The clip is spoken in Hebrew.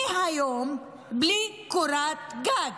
מהיום, בלי קורת גג.